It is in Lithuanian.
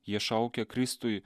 jie šaukia kristui